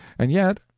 and yet,